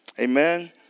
Amen